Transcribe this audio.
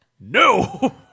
No